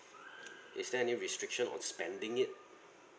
is there any restriction on spending it